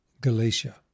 Galatia